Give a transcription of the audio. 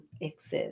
exist